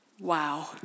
wow